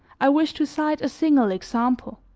i wish to cite a single example.